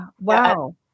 Wow